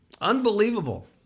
unbelievable